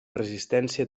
resistència